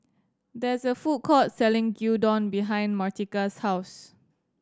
there is a food court selling Gyudon behind Martika's house